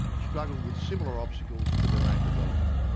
struggle with similar obstacles to their own development.